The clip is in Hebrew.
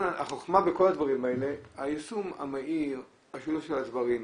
החוכמה בכל הדברים האלה זה היישום המהיר והשילוב של הדברים.